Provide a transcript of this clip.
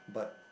but